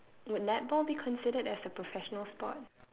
would netball be considered as a professional sport